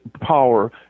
power